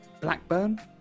Blackburn